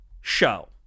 show